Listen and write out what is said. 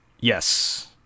Yes